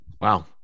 Wow